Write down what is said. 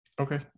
Okay